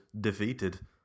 defeated